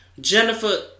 Jennifer